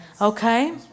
Okay